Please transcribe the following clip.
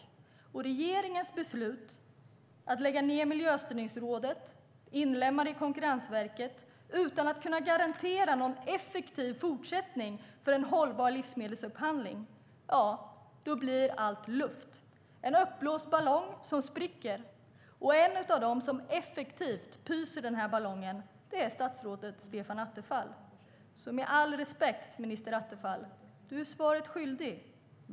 I och med regeringens beslut att lägga ned Miljöstyrningsrådet och inlemma det i Konkurrensverket utan att kunna garantera någon effektiv fortsättning för en hållbar livsmedelsupphandling blir allt luft. Det blir en uppblåst ballong som spricker, och en av dem som effektivt pyser ballongen är statsrådet Stefan Attefall. Med all respekt, minister Attefall - du är svaret skyldig.